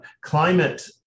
climate